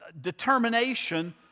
determination